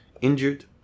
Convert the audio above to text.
injured